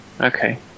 Okay